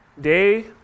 Day